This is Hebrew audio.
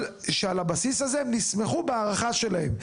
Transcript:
שעל הבסיס הזה הם נסמכו בהערכה שלהם.